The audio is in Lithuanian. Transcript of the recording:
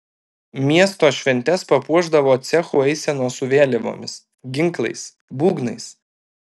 miesto šventes papuošdavo cechų eisenos su vėliavomis ginklais būgnais